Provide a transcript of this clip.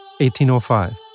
1805